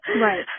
Right